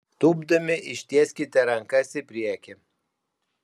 tūpdami ištieskite rankas į priekį